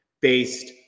based